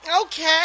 Okay